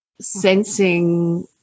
sensing